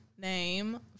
Name